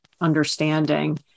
understanding